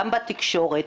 גם בתקשורת,